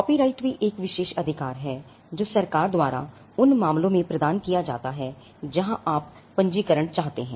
copyright भी एक विशेष अधिकार है जो सरकार द्वारा उन मामलों में प्रदान किया जाता है जहां आप पंजीकरण चाहते हैं